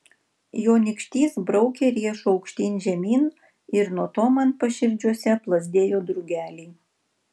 jo nykštys braukė riešu aukštyn žemyn ir nuo to man paširdžiuose plazdėjo drugeliai